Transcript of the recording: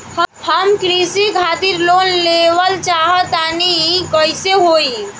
हम कृषि खातिर लोन लेवल चाहऽ तनि कइसे होई?